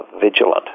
vigilant